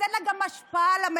אז גם אין לה השפעה על המדיניות.